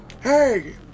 Hey